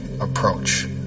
approach